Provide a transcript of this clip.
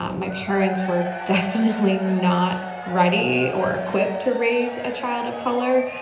um my parents were definitely not ready or equipped to raise a child of color.